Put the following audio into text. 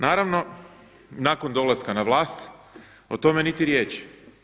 Naravno, nakon dolaska na vlast o tome niti riječi.